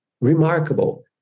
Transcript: remarkable